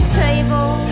table